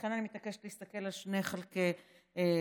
ולכן אני מתעקשת להסתכל על שני חלקי התמונה.